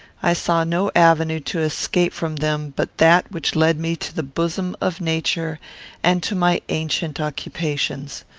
i saw no avenue to escape from them but that which led me to the bosom of nature and to my ancient occupations.